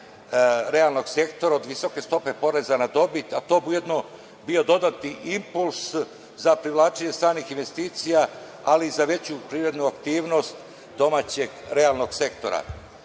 realnog sektora od visoke stope poreza na dobit, a to bi ujedno bio dodatni impuls za privlačenje stranih investicija, ali i za veću privrednu aktivnost domaćeg realnog sektora. Znači,